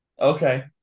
Okay